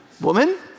Woman